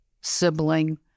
sibling